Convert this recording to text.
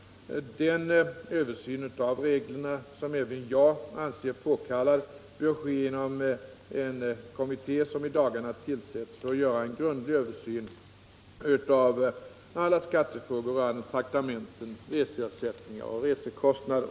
Den översyn av reglerna som även jag anser påkallad bör ske inom den kommitté som i dagarna tillsätts för att göra en grundlig översyn av alla skattefrågor rörande traktamenten, reseersättningar och resekostnader.